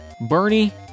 Bernie